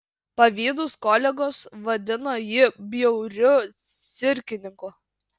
pavydūs kolegos vadino jį bjauriu cirkininku